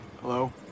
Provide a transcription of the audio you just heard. hello